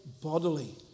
bodily